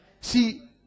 See